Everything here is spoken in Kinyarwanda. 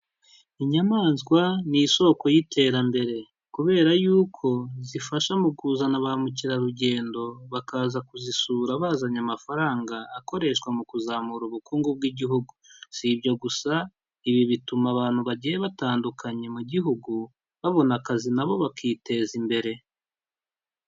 Inyamaswa ni isoko y'iterambere. Kubera yuko zifasha mu kuzana ba mukerarugendo, bakaza kuzisura bazanye amafaranga, akoreshwa mu kuzamura ubukungu bw'Igihugu. Si ibyo gusa, ibi bituma abantu bagiye batandukanye mu Gihugu, babona akazi na bo bakiteza imbere.